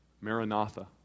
Maranatha